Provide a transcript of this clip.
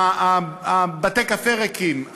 בתי-הקפה ריקים,